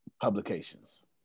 publications